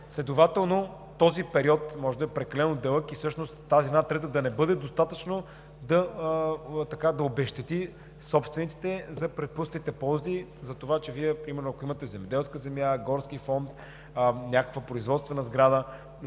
Следователно този период може да е прекалено дълъг и всъщност тази една трета да не бъде достатъчна, за да обезщети собствениците за пропуснатите ползи. Примерно, ако имате земеделска земя, горски фонд, някаква производствена сграда,